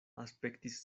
aspektis